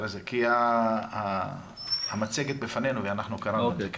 כי המצגת בפנינו ואנחנו קראנו את זה.